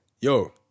Yo